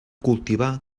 cultivà